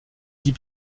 dix